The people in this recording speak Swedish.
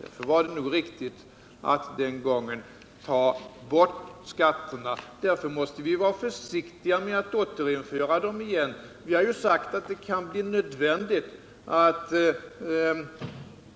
Därför var det nog riktigt att den gången ta bort dessa skatter. Och därför måste vi vara försiktiga med att återinföra dem igen. Vi harju sagt att det kan bli nödvändigt att